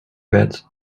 bad